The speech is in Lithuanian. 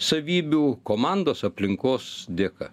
savybių komandos aplinkos dėka